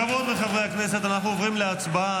חברות וחברי הכנסת, אנחנו עוברים להצבעה.